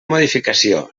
modificació